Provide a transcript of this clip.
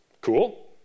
Cool